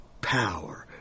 power